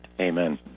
Amen